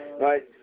right